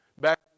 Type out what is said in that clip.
Back